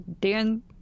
Dan